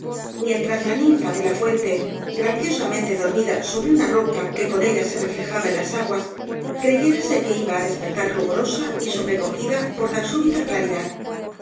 mientras la ninfa de la fuente graciosamente dormida sobre una roca que con ella se reflejaba en las aguas creyérase que iba á despertar ruborosa y sobrecogida por tan súbita claridad